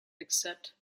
except